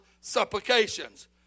supplications